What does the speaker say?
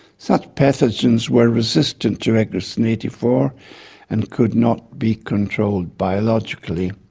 such pathogens were resistant to agrocin eighty four and could not be controlled biologically,